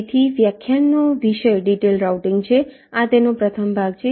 તેથી વ્યાખ્યાનનો વિષય ડિટેઇલ્ડ રાઉટીંગ છે આ તેનો પ્રથમ ભાગ છે